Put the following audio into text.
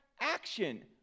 action